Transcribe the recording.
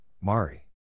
Mari